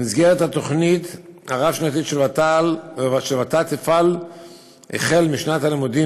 במסגרת התוכנית הרב-שנתית של ות"ת תפעל החל משנת הלימודים